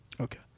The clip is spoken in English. okay